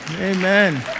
Amen